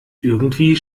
irgendwie